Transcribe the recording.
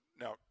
Now